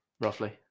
roughly